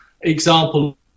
example